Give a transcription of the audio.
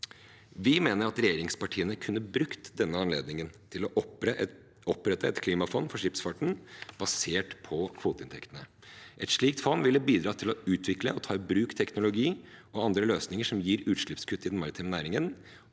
Vi mener at regjeringspartiene kunne brukt denne anledningen til å opprette et klimafond for skipsfarten basert på kvoteinntektene. Et slikt fond ville bidratt til å utvikle og ta i bruk teknologi og andre løsninger som gir